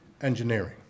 engineering